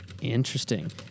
Interesting